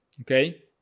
okay